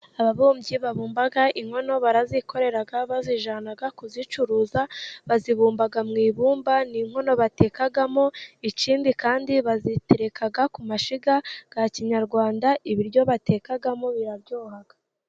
Ababumbyi babumba inkono barazikorera, bazijyana kuzicuruza, bazibumba mu ibumba. Ni inkono batekamo, ikindi kandi bazitereka ku mashyiga ya kinyarwanda, ibiryo batekamo biraryoha.